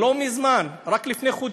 לא מזמן, רק לפני חודשיים,